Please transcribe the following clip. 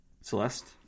Celeste